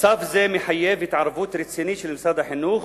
מצב זה מחייב התערבות רצינית של משרד החינוך,